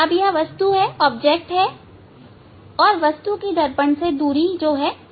अब यह वस्तु है और वस्तु की दर्पण से दूरी u है